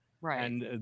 Right